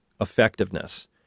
effectiveness